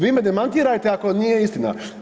Vi me demantirajte ako nije istina.